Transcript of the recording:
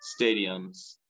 stadiums